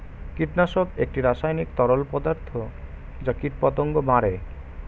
কীটনাশক একটি রাসায়নিক তরল পদার্থ যা কীটপতঙ্গ মারে